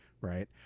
right